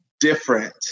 different